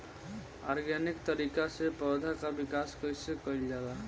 Organic तरीका से पौधा क विकास कइसे कईल जाला?